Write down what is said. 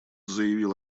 заявил